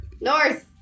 North